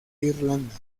irlanda